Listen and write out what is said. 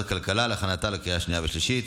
הכלכלה להכנתה לקריאה שנייה ושלישית.